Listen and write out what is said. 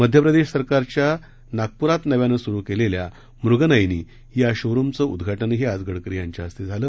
मध्य प्रदेश सरकारच्या नागपुरात नव्यानं सुरू केलेल्या मुगनयनी या शोरूमचे उद्घाटनही आज गडकरी यांच्या हस्ते झालं